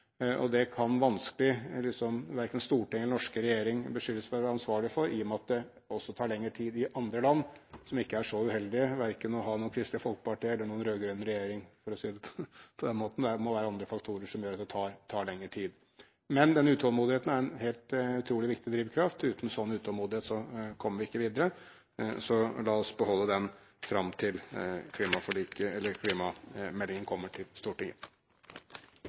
Det kan vanskelig verken Stortinget eller den norske regjering beskyldes for å være ansvarlig for, i og med at det også tar lengre tid i andre land som er så uheldige verken å ha noe Kristelig Folkeparti eller en rød-grønn regjering, for å si det på den måten. Det må være andre faktorer som gjør at det tar lengre tid. Men den utålmodigheten er en utrolig viktig drivkraft. Uten en slik utålmodighet kommer vi ikke videre. Så la oss beholde den fram til klimameldingen kommer til Stortinget.